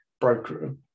broker